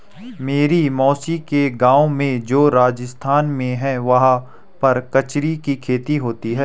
मेरी मौसी के गाँव में जो राजस्थान में है वहाँ पर कचरी की खेती होती है